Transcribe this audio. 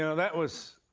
you know that was